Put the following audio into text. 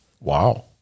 Wow